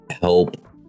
help